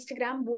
Instagram